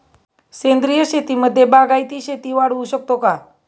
सेंद्रिय शेतीमध्ये बागायती शेती वाढवू शकतो का?